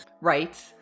right